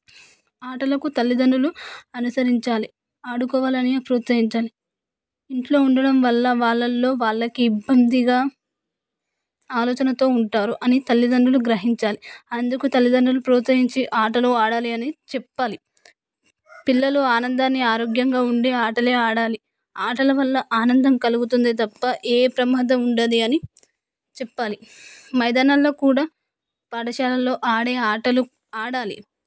ఆటలకు తల్లిదండ్రులు అనుసరించాలి ఆడుకోవాలని ప్రోత్సహించాలి ఇంట్లో ఉండటం వల్ల వాళ్ళల్లో వాళ్ళకి ఇబ్బందిగా ఆలోచనతో ఉంటారు అని తల్లిదండ్రులు గ్రహించాలి అందుకు తల్లిదండ్రులు ప్రోత్సహించి ఆటలు ఆడాలి అని చెప్పాలి పిల్లలు ఆనందాన్ని ఆరోగ్యంగా ఉండే ఆటలే ఆడాలి ఆటల వల్ల ఆనందం కలుగుతుందే తప్ప ఏ ప్రమాదం ఉండదు అని చెప్పాలి మైదానంలో కూడా పాఠశాలలో ఆడే ఆటలు ఆడాలి